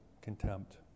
Contempt